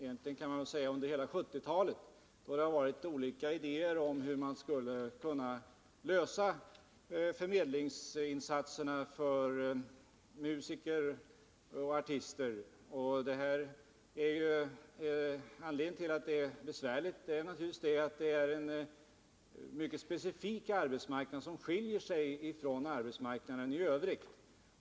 Det har under nästan hela 1970-talet framförts olika idéer om hur förmedlingsinsatserna när det gäller musiker och artister skall lösas. Anledningen till att det är besvärligt är ju att det här rör sig om en mycket specifik arbetsmarknad, som skiljer sig från arbetsmarknaden i övrigt.